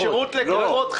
זה שירות לקוחות.